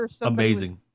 amazing